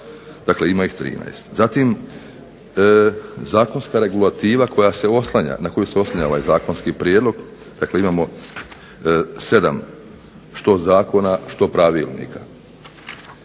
dakle ima ih 13. zatim zakonska regulativa na koju se oslanja ovaj zakonski prijedlog dakle imamo 7 što zakona što pravilnika